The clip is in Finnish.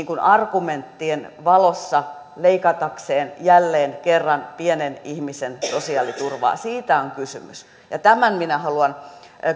argumenttien valossa leikatakseen jälleen kerran pienen ihmisen sosiaaliturvaa siitä on kysymys tämän minä haluan